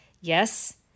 Yes